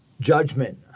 judgment